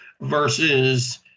versus –